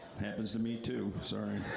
happens to me, too. sorry.